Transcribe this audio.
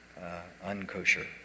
unkosher